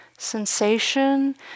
sensation